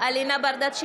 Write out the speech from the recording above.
אלינה ברדץ'